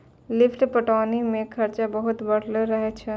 lift पटौनी मे खरचा बहुत बढ़लो रहै छै